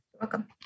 welcome